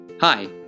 Hi